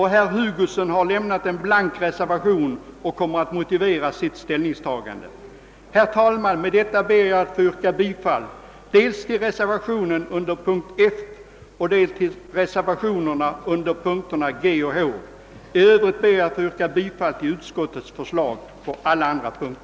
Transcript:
Herr Hugosson har avgivit en blank reservation och kommer att motivera sitt ställningstagande. Herr talman! Med det anförda ber jag att få yrka bifall dels till reservationen IV vid moment F, dels till reservationen V vid moment G, dels ock till reservationen VI vid moment H. Jag ber att få yrka bifall till vad utskottet hemställt under övriga moment.